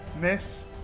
Miss